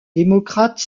démocrate